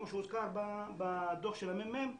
כמו שהוזכר בדוח של הממ"מ,